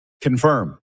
confirm